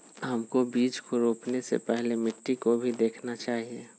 हमको बीज को रोपने से पहले मिट्टी को भी देखना चाहिए?